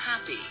happy